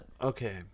Okay